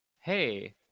hey